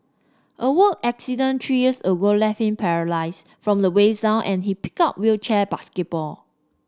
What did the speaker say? a work accident three years ago left him paralysed from the waist down and he picked up wheelchair basketball